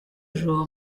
rw’ejo